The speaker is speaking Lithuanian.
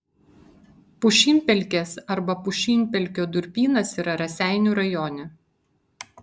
pušynpelkės arba pušynpelkio durpynas yra raseinių rajone